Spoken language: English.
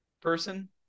person